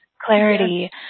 clarity